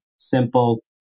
Simple